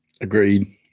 Agreed